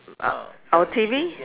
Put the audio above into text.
uh our T_V